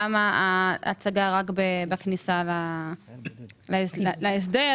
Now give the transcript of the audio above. למה ההצגה רק בכניסה להסדר?